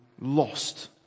lost